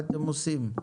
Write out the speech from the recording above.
מה אתם עושים?